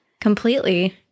completely